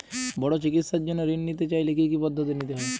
বড় চিকিৎসার জন্য ঋণ নিতে চাইলে কী কী পদ্ধতি নিতে হয়?